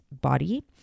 body